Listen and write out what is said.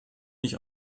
nicht